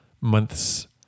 month's